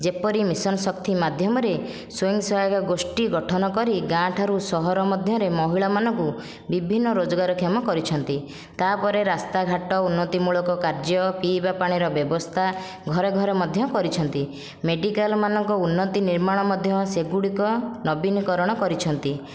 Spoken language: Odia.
ଯେପରି ମିଶନ ଶକ୍ତି ମାଧ୍ୟମରେ ସ୍ଵୟଂ ସହାୟକ ଗୋଷ୍ଠୀ ଗଠନ କରି ଗାଁଠାରୁ ସହର ମଧ୍ୟରେ ମହିଳାମାନଙ୍କୁ ବିଭିନ୍ନ ରୋଜଗାରକ୍ଷମ କରିଛନ୍ତି ତା'ପରେ ରାସ୍ତାଘାଟ ଉନ୍ନତି ମୂଳକ କାର୍ଯ୍ୟ ପିଇବା ପାଣିର ବ୍ୟବସ୍ଥା ଘରେ ଘରେ ମଧ୍ୟ କରିଛନ୍ତି ମେଡ଼ିକାଲ ମାନଙ୍କ ଉନ୍ନତି ନିର୍ମାଣ ମଧ୍ୟ ସେଗୁଡ଼ିକ ନବୀନ କରଣ କରିଛନ୍ତି